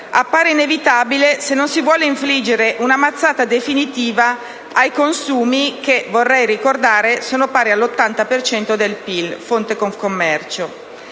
appare inevitabile se non si vuole infliggere una mazzata definitiva ai consumi che, vorrei ricordare, sono pari all'80 per cento del PIL (fonte Confcommercio),